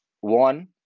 one